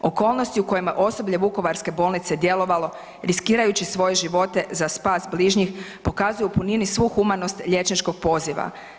Okolnosti u kojima je osoblje Vukovarske bolnice djelovalo riskirajući svoje život za spas bližnjih pokazuje u punini svu humanost liječničkog poziva.